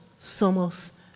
somos